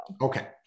Okay